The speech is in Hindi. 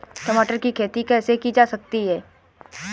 टमाटर की खेती कैसे की जा सकती है?